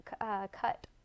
cut